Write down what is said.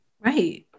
Right